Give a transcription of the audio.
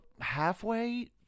halfway